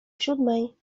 siódmej